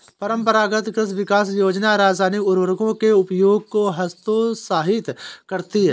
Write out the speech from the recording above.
परम्परागत कृषि विकास योजना रासायनिक उर्वरकों के उपयोग को हतोत्साहित करती है